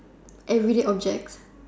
everyday objects